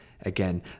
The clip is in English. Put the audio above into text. again